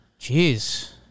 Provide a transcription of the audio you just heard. Jeez